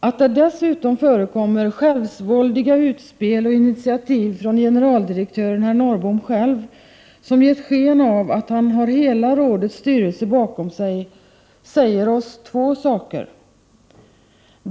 Att det dessutom förekommer självsvåldiga utspel och initiativ från generaldirektören herr Norrbom själv, som gett sken av att ha hela rådets styrelse bakom sig, säger oss två saker.